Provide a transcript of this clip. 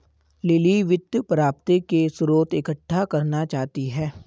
lily वित्त प्राप्ति के स्रोत इकट्ठा करना चाहती है